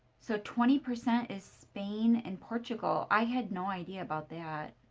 so twenty percent is span and portugal. i had no idea about that.